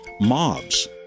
mobs